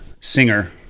singer